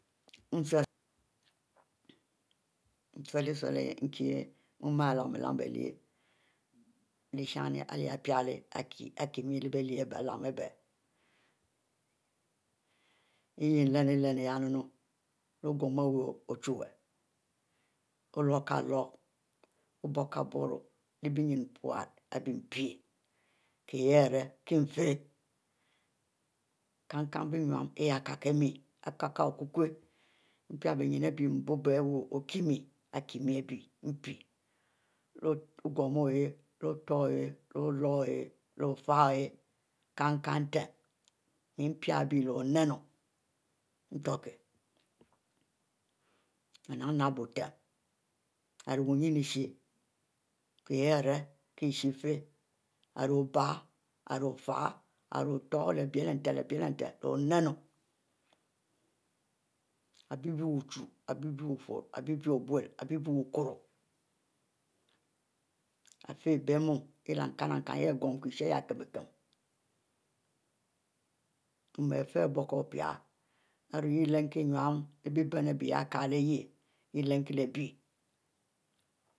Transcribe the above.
Nsule leh ihieh nkie mu ari lamue lam bie lyieh abie ishini leh lpiele akii kie mie lehbie lyieh ari bie alam-lam abieh lhieh nlimi-limu lhieh munue leh ogomu iwu ochuwue ori oloro kie loro, ari bui kieburo leh beynne pute, kie hiehari kie mie nfieh, kin-kimle bie nnue yeh ari kieh imie, ari kie okukwo npie bie ninne bie bubari aribie kenni pie ari kinne abie npie leh ogumieh leh otuieh ihieh leh oloro ohieh leh ofieh oyeh kinne-nten mie pie bie leh oninu, ntur kie ari nap-nap buitem ari wunne ishieh, kihieh kie nfieh ari obuie ari ofieh ari otur leh bie leh nten biele nten oninu ari bie buchu, aribie wufurro ari bie bule wukurro, arifieh ibie mu ihieh leh nkinne-nkinne ari gomu kie isheh-elkinne-kinne mu arifieh aribie kie opie ari ure yeh lanne kie eninnu leh biebenu ari kilu ihieh